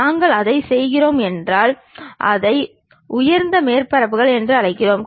நாங்கள் அதைச் செய்கிறோம் என்றால் அதை உயர்ந்த மேற்பரப்புகள் என்று அழைக்கிறோம்